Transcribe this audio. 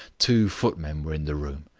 two footmen were in the room.